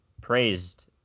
praised